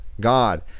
God